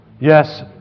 Yes